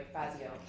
Fazio